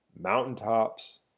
mountaintops